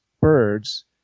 birds